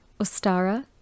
Ostara